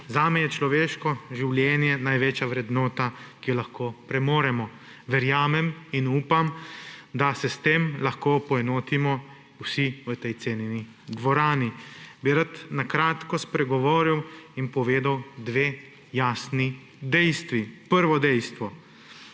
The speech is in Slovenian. Zame je človeštvo življenje največja vrednota, ki jo lahko premoremo. Verjamem in upam, da se s tem lahko poenotimo vsi v tej cenjeni dvorani. Bi rad na kratko spregovoril in povedal dve jasni dejstvi. Prvo dejstvo,